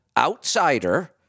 outsider